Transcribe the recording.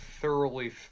thoroughly